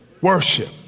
Worship